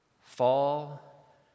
fall